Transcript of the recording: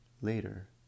Later